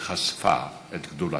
וחשפה את גדולתם,